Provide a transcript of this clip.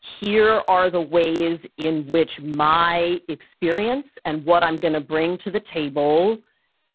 here are the ways in which my experience and what i'm going to bring to the table